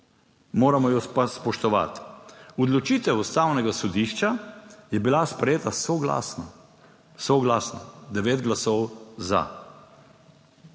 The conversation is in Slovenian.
moramo jo pa spoštovati. Odločitev Ustavnega sodišča je bila sprejeta soglasno, soglasno devet glasov za.